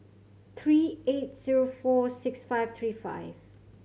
three eight zero four six five three five